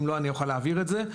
אם לא, אני אוכל להעביר את זה.